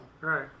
Right